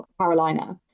Carolina